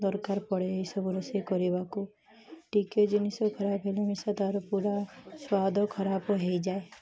ଦରକାର ପଡ଼େ ଏଇସବୁ ରୋଷେଇ କରିବାକୁ ଟିକେ ଜିନିଷ ଖରାପ ହେଲେ ମିଶା ତାର ପୁରା ସ୍ୱାଦ ଖରାପ ହେଇଯାଏ